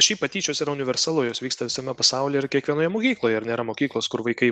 šiaip patyčios yra universalu jos vyksta visame pasaulyje ir kiekvienoje mokykloje ir nėra mokyklos kur vaikai